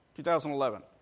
2011